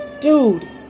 dude